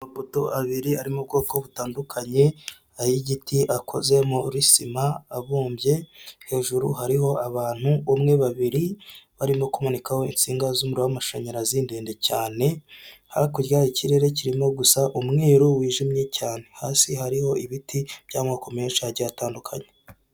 Amapoto abiri arimo ubwoko butandukanye ay'igiti akoze muri sima abumbye ,hejuru hariho abantu umwe, babiri, barimo kumanikaho insinga z'umuriro w'amashanyarazi ndende, cyane hakurya y'ikirere kirimo gusa umweru wijimye cyane, hasi hariho ibiti by'amoko menshi agiye atandukanye.